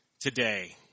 today